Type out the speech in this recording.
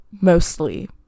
mostly